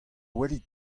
welit